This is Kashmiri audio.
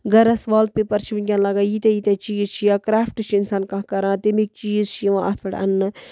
گَرس وال پٮ۪پر چھِ وٕنکٮ۪ن لاگو ییٖتیاہ ییٖتیاہ چیٖز چھِ یا کرافٹہٕ چھِ اِنسان کانٛہہ کَران تمیُک چیٖز چھِ یِوان اَتھ پٮ۪ٹھ اَننہٕ